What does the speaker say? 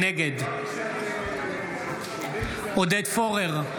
נגד עודד פורר,